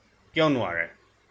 কিয় নোৱাৰে